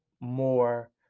more